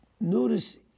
notice